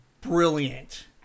brilliant